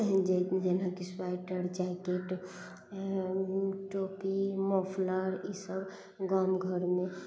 जेनाकि sweater jacket टोपी muffler ई सब गाम घरमे